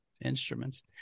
instruments